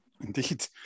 Indeed